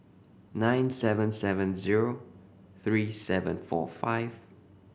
nine seven seven zero three seven four five